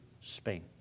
Spain